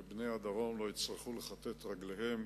ובני הדרום לא יצטרכו לכתת רגליהם